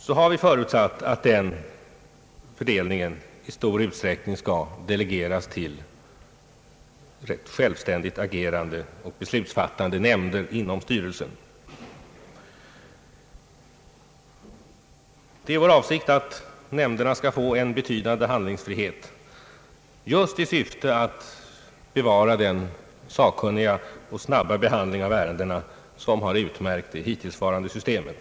Vi har förutsatt att denna fördelning i stor utsträckning skall delegeras till självständigt agerande och beslutfattande nämnder inom styrelsen. Det är vår avsikt att nämnderna skall få en betydande handlingsfrihet just i syfte att bevara den sakkunniga och snabba behandling av ärendena som har utmärkt det hittillsvarande systemet.